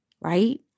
Right